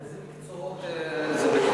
באיזה מקצועות?